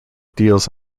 deals